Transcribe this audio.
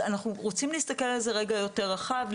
אנחנו רוצים להסתכל על זה רגע יותר רחב,